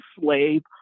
slave